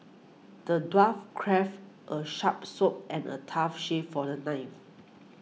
the dwarf crafted a sharp sword and a tough shield for the knight